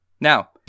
Now